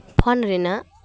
phone ᱨᱮᱱᱟᱜ